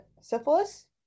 syphilis